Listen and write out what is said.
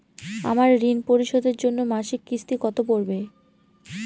আমার ঋণ পরিশোধের জন্য মাসিক কিস্তি কত পড়বে?